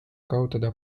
kaotada